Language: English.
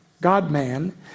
God-man